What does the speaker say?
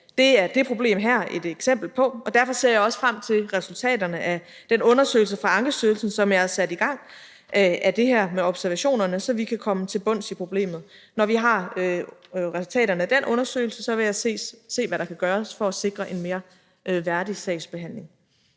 Det er det problem her et eksempel på, og derfor ser jeg også frem til resultaterne af den undersøgelse fra Ankestyrelsen, som jeg har sat i gang, af det her med observationerne, så vi kan komme til bunds i problemet. Når vi har resultaterne af den undersøgelse, vil jeg se, hvad der kan gøres for at sikre en mere værdig sagsbehandling.